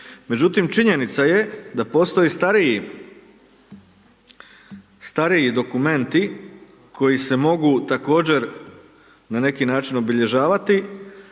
međutim činjenica je da postoji stariji, stariji dokumenti koji se mogu također na neki način obilježavati,